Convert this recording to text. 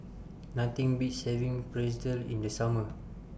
Nothing Beats having Pretzel in The Summer